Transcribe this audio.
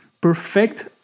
perfect